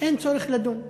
אין צורך לדון.